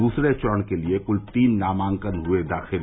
दूसरे चरण के लिए कुल तीन नामांकन हुए दाखिल